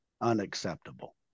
unacceptable